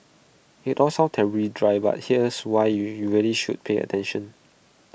IT all sounds terribly dry but here's why you really should pay attention